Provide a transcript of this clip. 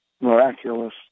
miraculous